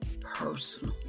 personal